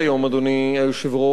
אדוני היושב-ראש,